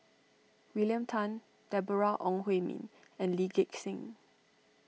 William Tan Deborah Ong Hui Min and Lee Gek Seng